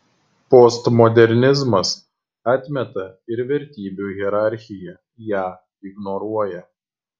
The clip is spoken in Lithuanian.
postmodernizmas atmeta ir vertybių hierarchiją ją ignoruoja